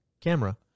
camera